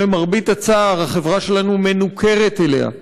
שלמרבה הצער החברה שלנו מנוכרת אליה.